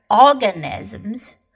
organisms